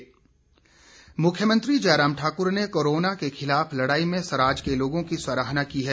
मुख्यमंत्री मुख्यमंत्री जयराम ठाकुर ने कोरोना के खिलाफ लड़ाई में सराज के लोगों की सराहना की है